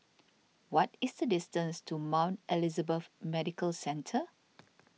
what is the distance to Mount Elizabeth Medical Centre